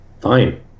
fine